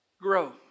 grow